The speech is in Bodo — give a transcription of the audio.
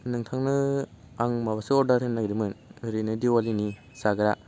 नोंथांनो आं माबासो अर्डार होनो नागिरदोंमोन ओरैनो दिवालीनि जाग्रा